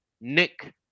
Nick